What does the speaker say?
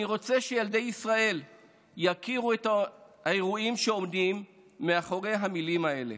אני רוצה שילדי ישראל יכירו את האירועים שעומדים מאחורי המילים האלה.